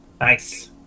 nice